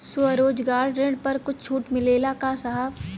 स्वरोजगार ऋण पर कुछ छूट मिलेला का साहब?